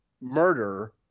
murder